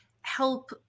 help